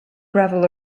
gravel